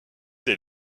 dès